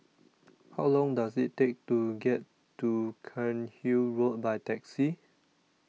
How Long Does IT Take to get to Cairnhill Road By Taxi